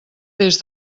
des